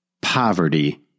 poverty